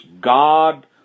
God